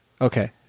Okay